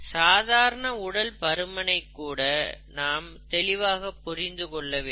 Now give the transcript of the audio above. சாதாரண உடல் பருமனைக் கூட நாம் தெளிவாக புரிந்து கொள்ளவில்லை